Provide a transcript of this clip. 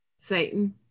Satan